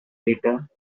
later